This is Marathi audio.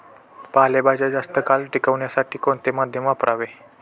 पालेभाज्या जास्त काळ टिकवण्यासाठी कोणते माध्यम वापरावे?